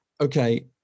okay